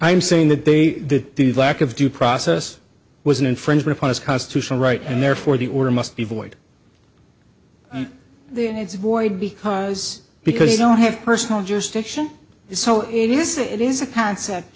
i'm saying that they did the lack of due process was an infringement upon his constitutional right and therefore the order must be void then it's a void because because you don't have personal just fiction so it is it is a concept